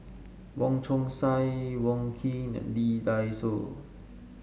Wong Chong Sai Wong Keen and Lee Dai Soh